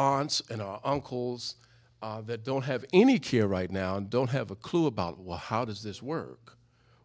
aunts and uncles that don't have any care right now and don't have a clue about well how does this work